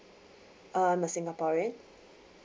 uh I'm a singaporean